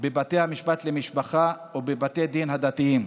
בבתי המשפט למשפחה ובבתי הדין הדתיים.